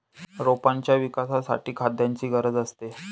रोपांच्या विकासासाठी खाद्याची गरज असते